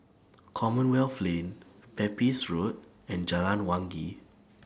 Commonwealth Lane Pepys Road and Jalan Wangi